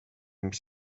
mis